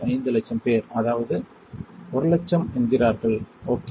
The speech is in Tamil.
5 லட்சம் பேர் அதாவது 100000 என்கிறார்கள் ஓகே